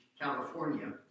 California